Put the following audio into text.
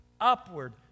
upward